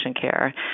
care